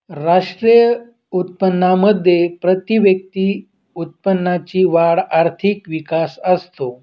राष्ट्रीय उत्पन्नामध्ये प्रतिव्यक्ती उत्पन्नाची वाढ आर्थिक विकास असतो